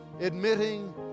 admitting